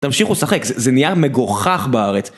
תמשיכו, שחק, זה נהיה מגוחך בארץ.